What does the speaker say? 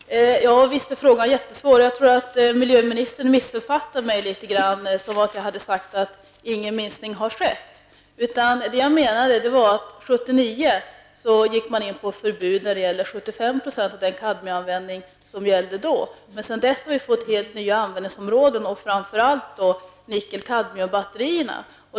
Herr talman! Visst är frågan mycket svår. Jag tror att miljöministern missuppfattade mig litet grand när hon menade att jag sagt att ingen minskning har skett. Det jag menade var att man år 1979 beslutade om förbud mot 75 % av den kadmiumanvändning då. Men sedan dess har vi fått helt nya användningsområden, och framför allt nickelkadmium-batterierna.